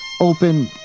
open